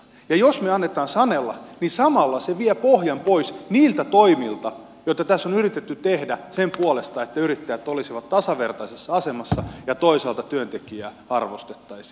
jos me annamme sanella niin samalla se vie pohjan pois niiltä toimilta joita tässä on yritetty tehdä sen puolesta että yrittäjät olisivat tasavertaisessa asemassa ja toisaalta työntekijää arvostettaisiin